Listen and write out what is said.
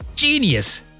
Genius